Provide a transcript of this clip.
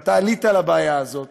ואתה עלית על הבעיה הזאת